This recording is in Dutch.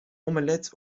omelet